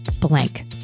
Blank